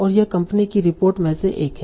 और यह कंपनी की रिपोर्ट में से एक है